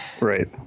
Right